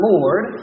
Lord